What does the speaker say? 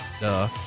duh